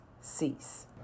cease